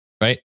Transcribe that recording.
right